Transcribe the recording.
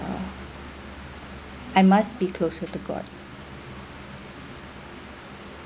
I must be closer to god